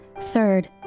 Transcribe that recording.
Third